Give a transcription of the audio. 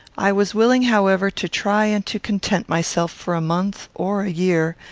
i was willing, however, to try and to content myself for a month or a year,